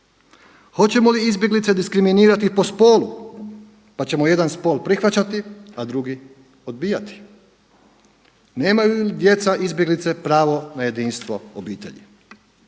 Hoćemo li izbjeglice diskriminirati po spolu, pa ćemo jedan spol prihvaćati a drugi odbijati? Nemaju li djeca izbjeglice pravo na jedinstvo obitelji?